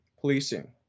policing